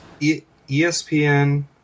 ESPN